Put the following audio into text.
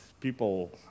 people